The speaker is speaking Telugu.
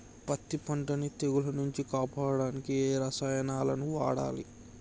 పత్తి పంటని తెగుల నుంచి కాపాడడానికి ఏ రసాయనాలను వాడాలి?